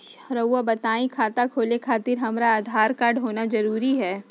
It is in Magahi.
रउआ बताई खाता खोले खातिर हमरा आधार कार्ड होना जरूरी है?